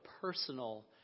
personal